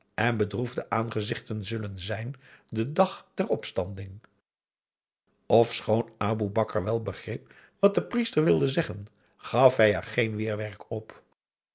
en bedroefde aangezichten zullen zijn den dag der opstanding ofschoon aboe bakar wel begreep wat de priester wilde zeggen gaf hij er geen weerwerk op